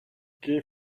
geh